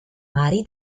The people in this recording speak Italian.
mari